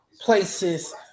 places